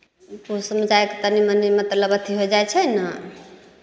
पूस मे जाइ कऽ तनी मनी मतलब अथी होइ जाइ छै ने